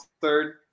third